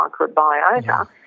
microbiota